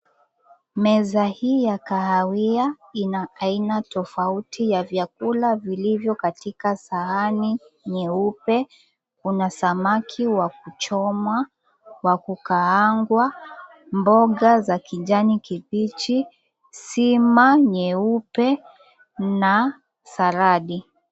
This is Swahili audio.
Meza hii ya kahawia ina aina tofauti ya vyakula vilivyo katika sahani nyeupe kuna samaki wa kuchomwa wa kukaangwa, mboga za kijani kibichi, sima nyeupe na saladi.